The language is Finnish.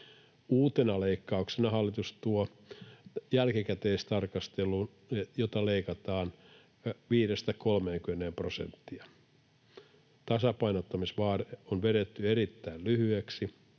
Uutena leikkauksena hallitus tuo jälkikäteistarkistuksen. Leikkaus on 5—30 prosenttia. Tasapainottamisvaade on vedetty erittäin lyhyeksi.